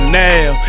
now